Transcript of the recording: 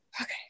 Okay